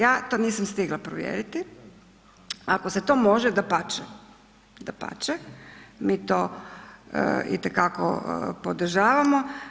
Ja to nisam stigla provjeriti, ako se to može dapače, mi to itekako podržavamo.